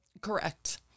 Correct